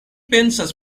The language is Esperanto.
pensas